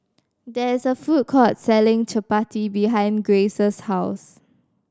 there is a food court selling Chapati behind Grayce's house